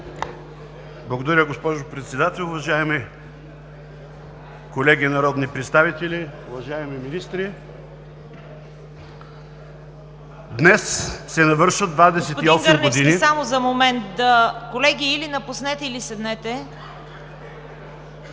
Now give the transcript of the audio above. Благодаря, госпожо Председател. Уважаеми колеги народни представители, уважаеми министри! Днес се навършват 28 години…